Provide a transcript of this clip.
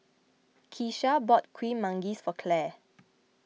Kecia bought Kuih Manggis for Claire